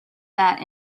bat